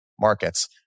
markets